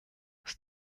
aus